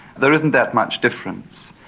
there isn't that much difference.